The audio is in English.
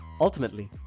ultimately